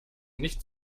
nicht